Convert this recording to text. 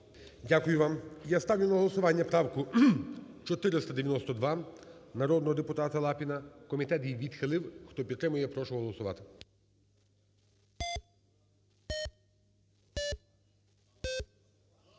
Дякую вам. Я ставлю на голосування правку 492 народного депутата Лапіна, комітет її відхилив. Хто підтримує, прошу голосувати.